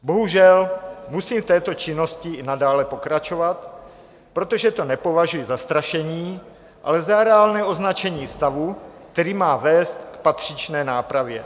Bohužel, musím v této činnosti i nadále pokračovat, protože to nepovažuji za strašení, ale za reálné označení stavu, který má vést k patřičné nápravě.